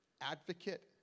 advocate